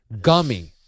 Gummy